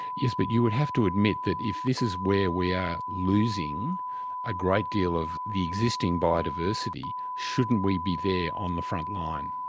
yes, but you would have to admit that if this is where we are losing a great deal of the existing biodiversity, shouldn't we be there on the front line?